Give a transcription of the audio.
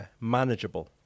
manageable